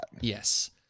Yes